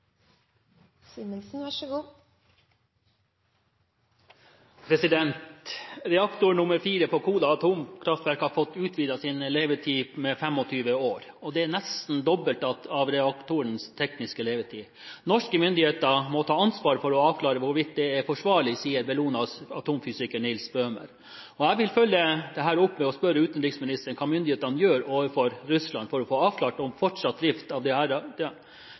nummer fire på Kola atomkraftverk har fått utvidet sin levetid med 25 år. Det er nesten det dobbelte av reaktorens tekniske levetid. – Norske myndigheter må ta ansvar for å avklare hvorvidt dette er forsvarlig, sier Bellonas atomfysiker Nils Bøhmer. Jeg vil følge dette opp ved å spørre utenriksministeren hva myndighetene gjør overfor Russland for å få avklart om fortsatt drift av disse reaktorene er forsvarlig, og om det